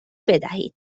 بدهید